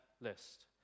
list